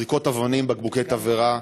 זריקות אבנים ובקבוקי תבערה.